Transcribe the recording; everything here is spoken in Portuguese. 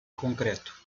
concreto